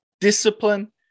discipline